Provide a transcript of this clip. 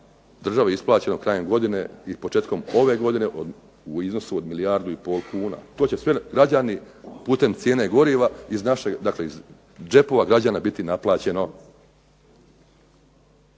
državi isplaćeno krajem godine i početkom ove godine u iznosu od milijardu i pol kuna. To će sve građani putem cijene goriva iz džepova građana biti naplaćeno.